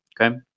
Okay